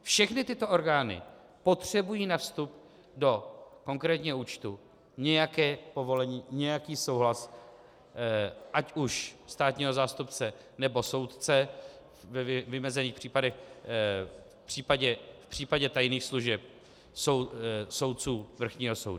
Všechny tyto orgány potřebují na vstup do konkrétního účtu nějaké povolení, nějaký souhlas ať už státního zástupce, nebo soudce, ve vymezených případech, v případě tajných služeb, soudců Vrchního soudu.